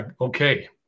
okay